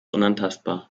unantastbar